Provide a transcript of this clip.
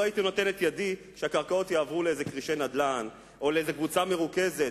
לא הייתי נותן את ידי שהקרקעות יעברו לכרישי נדל"ן או לקבוצה מרוכזת.